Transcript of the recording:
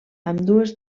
ambdues